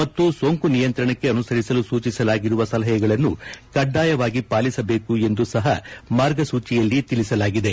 ಮತ್ತು ಸೋಂಕು ನಿಯಂತ್ರಣಕ್ಕೆ ಅನುಸರಿಸಲು ಸೂಚಿಸಲಾಗಿರುವ ಸಲಹೆಗಳನ್ನು ಕಡ್ವಾಯವಾಗಿ ಪಾಲಿಸಬೇಕು ಎಂದು ಸಪ ಮಾರ್ಗಸೂಚಿಯಲ್ಲಿ ತಿಳಿಸಲಾಗಿದೆ